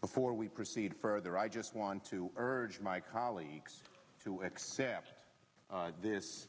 before we proceed further i just want to urge my colleagues to accept this